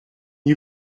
you